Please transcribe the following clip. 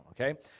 okay